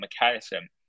mechanism